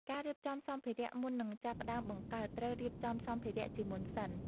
ការរៀបចំសម្ភារៈ មុននឹងចាប់ផ្តើមបង្កើត ត្រូវរៀបចំសម្ភារៈជាមុនសិន។